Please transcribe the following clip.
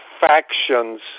factions